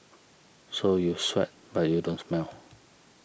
so you sweat but you don't smell